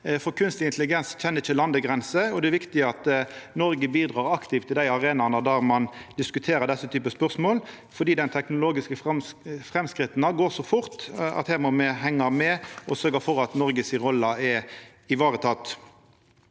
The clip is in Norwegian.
for kunstig intelligens kjenner ikkje landegrenser. Det er viktig at Noreg bidreg aktivt til dei arenaane der ein diskuterer denne typen spørsmål, for dei teknologiske framstega går så fort at må me hengja med og sørgja for at Noreg si rolle er vareteken.